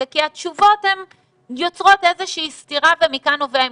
זה כי התשובות יוצרות סתירה ומכאן נובע האמון.